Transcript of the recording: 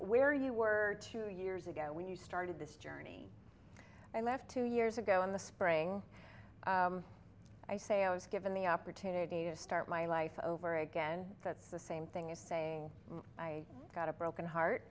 where you were two years ago when you started this journey i met two years ago in the spring i say i was given the opportunity to start my life over again that's the same thing as saying i got a broken heart